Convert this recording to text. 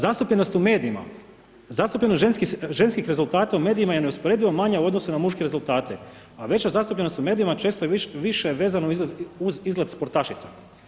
Zastupljenost u medijima, zastupljenost ženskim rezultata u medijima je neusporedivo manja u odnosu na muške rezultate, a veća zastupljenost u medijima često je više vezana uz izgled sportašica.